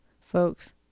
folks